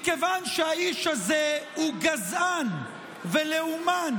מכיוון שהאיש הזה הוא גזען ולאומן,